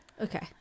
Okay